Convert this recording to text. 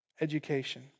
education